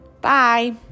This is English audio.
Bye